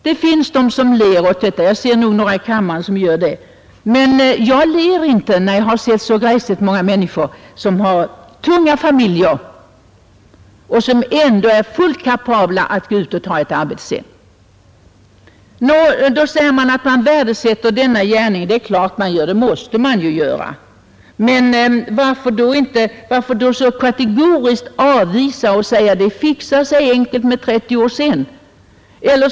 Det finns de som ler åt detta — jag ser några i kammaren som gör det — men jag ler inte, eftersom jag har sett så många människor som har tunga familjer och som ändå är fullt kapabla att efter några år gå ut och ta ett förvärvsarbete. Man säger att man värdesätter deras gärning. Det måste man naturligtvis göra. Men varför då så kategoriskt avvisa detta krav och säga att det ”fixar sig” enkelt med de 30 pensionsgrundande åren sedan.